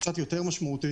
קצת יותר משמעותי,